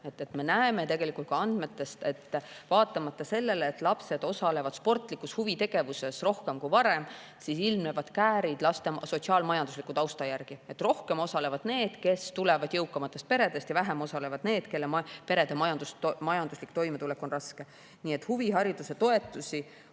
Me näeme tegelikult ka andmetest, et vaatamata sellele, et lapsed osalevad sportlikus huvitegevuses rohkem kui varem, ilmnevad käärid laste sotsiaal-majandusliku tausta järgi. Rohkem osalevad need, kes tulevad jõukamatest peredest, ja vähem osalevad need, kelle pere majanduslik toimetulek on raske. Huvihariduse toetusi